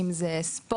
אם זה ספורט,